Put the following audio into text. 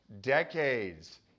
decades